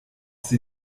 sie